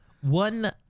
One